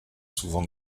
souvent